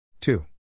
Two